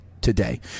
Today